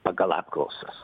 pagal apklausas